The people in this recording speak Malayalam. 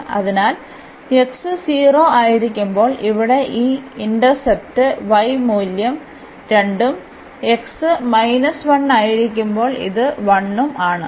അതിനാൽ x 0 ആയിരിക്കുമ്പോൾ ഇവിടെ ഈ ഇന്റർസെപ്റ്റ് y മൂല്യം 2 ഉം x 1 ആയിരിക്കുമ്പോൾ ഇത് 1 ഉം ആണ്